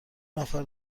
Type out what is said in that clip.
نفر